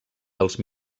dels